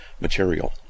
material